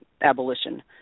abolition